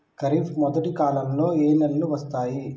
ఖరీఫ్ మొదటి కాలంలో ఏ నెలలు వస్తాయి?